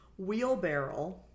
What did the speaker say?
Wheelbarrel